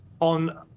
on